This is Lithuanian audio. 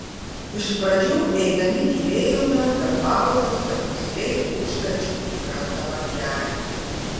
iš pradžių eidami tylėjome per pauzes tarp dusliai dūžtančių į krantą bangelių